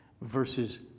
versus